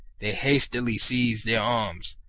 they hastily seized their arms,